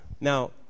Now